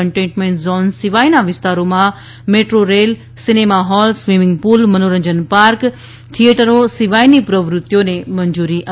containment zone સિવાયના વિસ્તારોમાં metro rail cinema hall swimming pool મનોરંજન પાર્ક બાર થીયેટરો સિવાયની પ્રવૃત્તિઓને મંજુરી અપાઈ છે